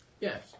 Yes